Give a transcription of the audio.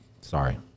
Sorry